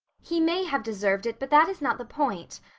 he may have deserved it, but that is not the point.